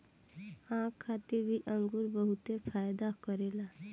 आँख खातिर भी अंगूर बहुते फायदा करेला